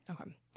Okay